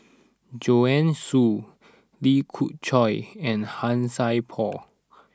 Joanne Soo Lee Khoon Choy and Han Sai Por